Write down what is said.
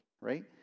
right